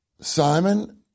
Simon